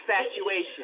Infatuation